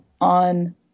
on